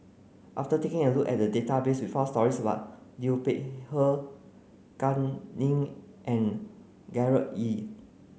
after taking a look at the database we found stories about Liu Peihe Kam Ning and Gerard Ee